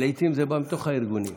לעיתים זה בא מתוך הארגונים.